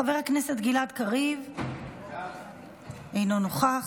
חבר הכנסת גלעד קריב, אינו נוכח.